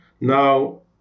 Now